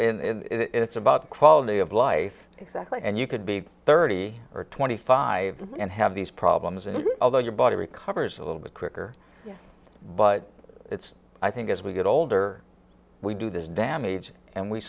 know it's about quality of life and you could be thirty or twenty five and have these problems and although your body recovers a little bit quicker but it's i think as we get older we do this damage and we